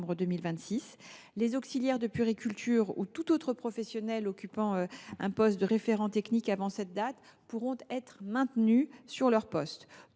Les auxiliaires de puériculture ou tout autre professionnel occupant le poste de référent technique avant cette date pourront être maintenus à leur poste.